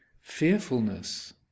fearfulness